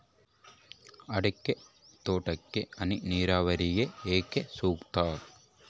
ಅಡಿಕೆ ತೋಟಕ್ಕೆ ಹನಿ ನೇರಾವರಿಯೇ ಏಕೆ ಸೂಕ್ತ?